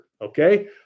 okay